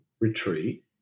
retreat